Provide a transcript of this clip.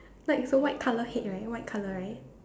like it's a white colour head right white colour right